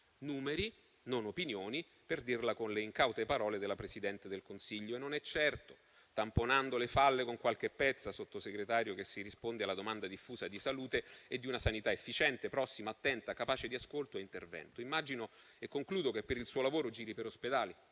Numeri, non opinioni: per dirla con le incaute parole della Presidente del Consiglio, non è certo tamponando le falle con qualche pezza, signor Sottosegretario, che si risponde alla domanda diffusa di salute e di una sanità efficiente, prossima, attenta e capace di ascolto e intervento. In conclusione, immagino che per il suo lavoro giri per l'Italia